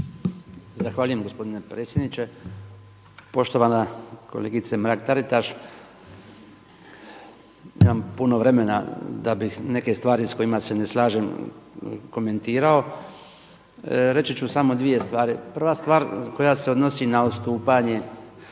Zahvaljujem gospodine predsjedniče. Poštovana kolegice Mrak-Taritaš, nemam puno vremena da bih neke stvari s kojima se ne slažem komentirao. Reći ću samo dvije stvari. Prva stvar koja se odnosi na odstupanje